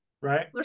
right